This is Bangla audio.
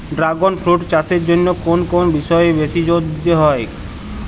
ড্রাগণ ফ্রুট চাষের জন্য কোন কোন বিষয়ে বেশি জোর দিতে হয়?